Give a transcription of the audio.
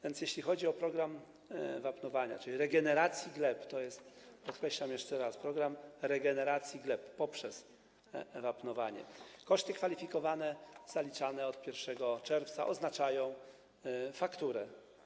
Więc jeśli chodzi o program wapnowania, czyli regeneracji gleb - to jest, podkreślam jeszcze raz, program regeneracji gleb poprzez wapnowanie - koszty kwalifikowane zaliczane od 1 czerwca oznaczają fakturę.